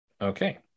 Okay